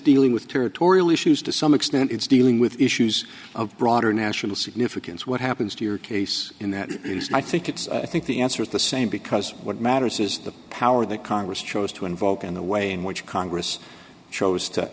dealing with territorial issues to some extent it's dealing with issues of broader national significance what happens to your case in that i think it's i think the answer is the same because what matters is the power that congress chose to invoke in the way in which congress chose to